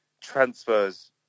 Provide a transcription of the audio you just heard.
transfers